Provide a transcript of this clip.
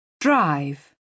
Drive